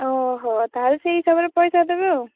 ଓହୋ ତା'ହେଲେ ସେଇ ହିସାବରେ ପଇସା ଦେବେ ଆଉ